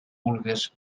vulgues